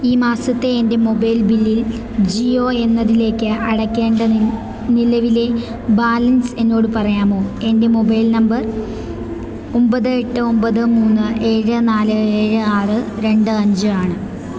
ഈ മാസത്തെ എൻ്റെ മൊബൈൽ ബില്ലിൽ ജിയോ എന്നതിലേക്ക് അടയ്ക്കേണ്ട നിലവിലെ ബാലൻസ് എന്നോട് പറയാമോ എൻ്റെ മൊബൈൽ നമ്പർ ഒമ്പത് എട്ട് ഒമ്പത് മൂന്ന് ഏഴ് നാല് ഏഴ് ആറ് രണ്ട് അഞ്ച് ആണ്